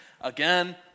again